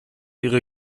ihre